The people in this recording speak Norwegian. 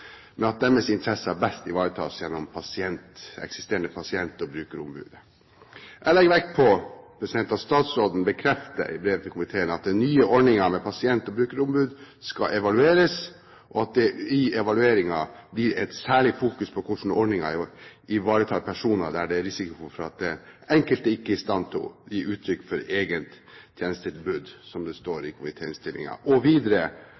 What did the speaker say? men at deres interesser best ivaretas gjennom eksisterende pasient- og brukerombud. Jeg legger vekt på at statsråden bekrefter i brev til komiteen at den nye ordningen med pasient- og brukerombud skal evalueres, og at det i evalueringen blir et særlig fokus på hvordan ordningen ivaretar personer der det er risiko for at den enkelte ikke er i stand til å gi uttrykk for egne tjenestebehov. Videre blir departementet bedt om å vurdere om sanksjonsmulighetene til fylkesmannen og